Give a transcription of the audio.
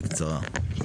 בקצרה.